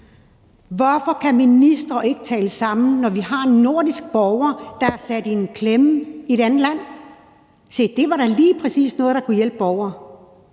Hvorfor kan ministre ikke tale sammen, når vi har en nordisk borger, der er sat i en klemme i et andet land? Se, det var da lige præcis noget, der kunne hjælpe borgerne.